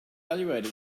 evaluate